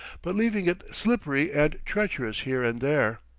but leaving it slippery and treacherous here and there.